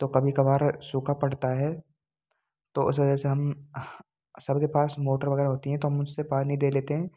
तो कभी कभार सूखा पड़ता है तो उस वजह से हम सबके पास मोटर वगैरह होती हैं तो हम उससे पानी दे लेते हैं